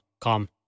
come